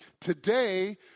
today